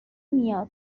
میاد